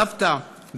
סבתא,